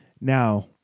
Now